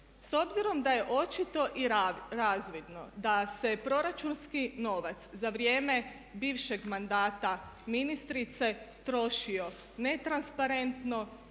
S obzirom da je očito i razvidno da se proračunski novac za vrijeme bivšeg mandata ministrice trošio netransparentno,